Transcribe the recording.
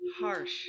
harsh